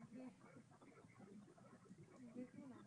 דבר ראשון או של העיר בית"ר עילית והסובב אותה,